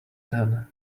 ten